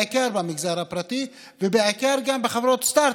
בעיקר במגזר הפרטי ובעיקר גם בחברות סטרטאפ.